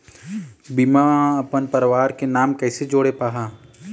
बीमा म अपन परवार के नाम कैसे जोड़ पाहां?